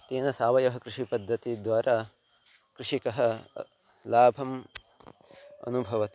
तेन सावयः कृषिपद्धतिद्वारा कृषिकः लाभम् अनुभवति